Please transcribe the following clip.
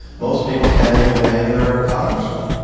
most people can't even name their congressman.